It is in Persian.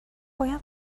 باید